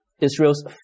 Israel's